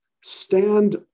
stand